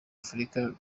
afurika